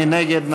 מי נגד?